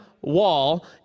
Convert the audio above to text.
wall